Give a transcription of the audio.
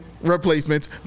replacements